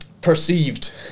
perceived